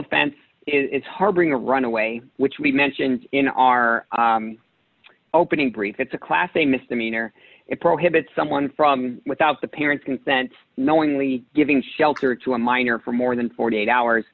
offense is harboring a runaway which we mentioned in our opening brief it's a class a misdemeanor it prohibits someone from without the parent's consent knowingly giving shelter to a minor for more than forty eight hours